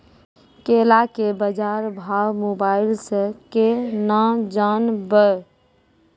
केला के बाजार भाव मोबाइल से के ना जान ब?